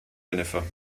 jennifer